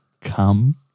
Come